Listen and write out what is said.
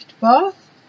bath